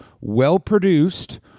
well-produced